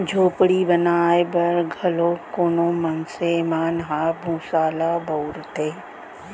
झोपड़ी बनाए बर घलौ कोनो मनसे मन ह भूसा ल बउरथे